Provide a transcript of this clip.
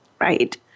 Right